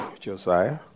Josiah